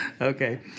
Okay